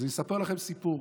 אז אספר לכם סיפור.